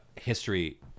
history